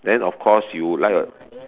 then of course you would like a